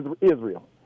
Israel